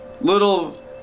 little